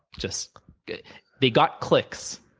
just they got clicks,